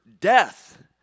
death